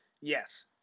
Yes